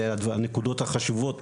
לנקודות החשובות